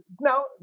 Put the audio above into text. now